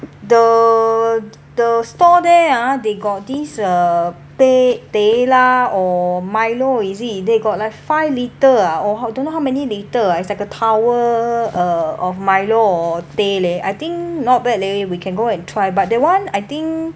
the the store there ah they got this uh teh teh lah or milo is it they got like five litre ah or I don't know how many litre ah it's like a tower uh of milo or teh leh I think not bad leh we can go and try but that one I think